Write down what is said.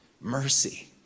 mercy